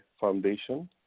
Foundation